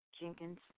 Jenkins